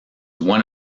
one